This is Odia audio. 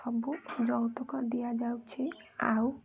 ସବୁ ଯୌତୁକ ଦିଆଯାଉଛି ଆଉ